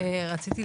זה ממש לא